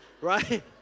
right